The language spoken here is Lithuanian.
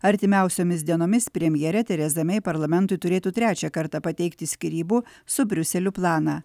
artimiausiomis dienomis premjerė teresa mei parlamentui turėtų trečią kartą pateikti skyrybų su briuseliu planą